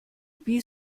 wie